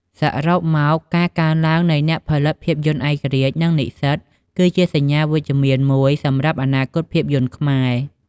សរុបមក ការកើនឡើងនៃអ្នកផលិតភាពយន្តឯករាជ្យ និងនិស្សិត គឺជាសញ្ញាណវិជ្ជមានមួយសម្រាប់អនាគតភាពយន្តខ្មែរ។